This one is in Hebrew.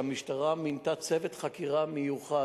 והמשטרה מינתה צוות חקירה מיוחד,